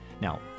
Now